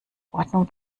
ordnung